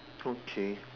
okay